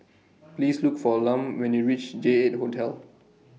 Please Look For Lum when YOU REACH J eight Hotel